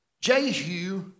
Jehu